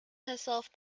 herself